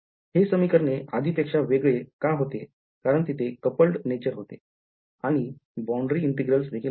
हे समीकरणे आधीपेक्षा वेगळे का होते कारण तिथे coupled nature होते आणि boundary integrals देखील होत्या